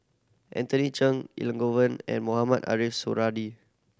Anthony Chen Elangovan and Mohamed Ariff Suradi